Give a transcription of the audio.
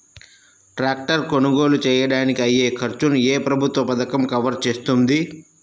Tractor కొనుగోలు చేయడానికి అయ్యే ఖర్చును ఏ ప్రభుత్వ పథకం కవర్ చేస్తుంది?